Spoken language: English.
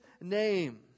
name